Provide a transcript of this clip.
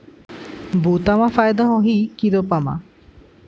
बुता म फायदा होही की रोपा म?